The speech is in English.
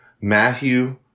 Matthew